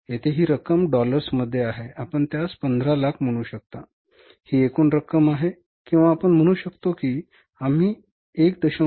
येथे हि रक्कम डॉलर्स मध्ये आहे आपण त्यास 1500000 म्हणू शकता ही एकूण रक्कम आहे किंवा आपण म्हणू शकतो की आम्ही 1